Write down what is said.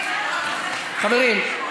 חברים.